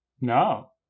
No